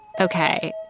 okay